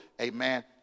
amen